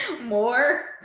More